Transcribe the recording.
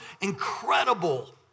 incredible